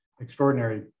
extraordinary